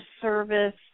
service